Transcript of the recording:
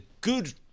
good